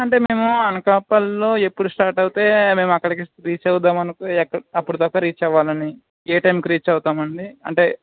అంటే మేము అనకాపల్లో ఎప్పుడు స్టార్ట్ అవుతే మేము అక్కడికి రీచ్ అవుద్దామనుకో ఎక్క అప్పుడు దాకా రీచ్ అవ్వాలని ఏ టైంకి రీచ్ అవుతామండి అంటే